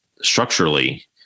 structurally